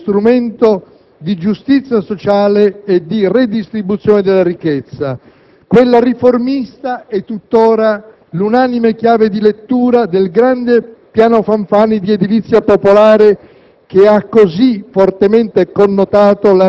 come volano dello sviluppo del Paese e strumento di giustizia sociale e di redistribuzione della ricchezza. Quella riformista è tuttora l'unanime chiave di lettura del grande piano Fanfani di edilizia popolare,